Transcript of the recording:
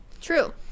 true